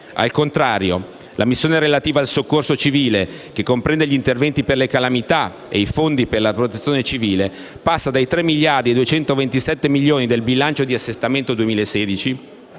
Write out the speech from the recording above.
Al contrario, la missione relativa al soccorso civile, che comprende gli interventi per le calamità e i fondi per la Protezione civile, passa dai 3.227 miliardi del bilancio di assestamento 2016